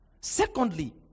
Secondly